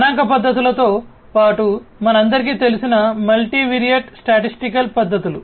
గణాంక పద్ధతులతో పాటు మనందరికీ తెలిసిన మల్టీవిరియట్ స్టాటిస్టికల్ పద్ధతులు